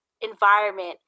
environment